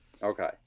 Okay